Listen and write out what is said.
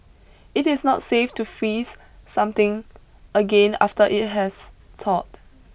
it is not safe to freeze something again after it has thawed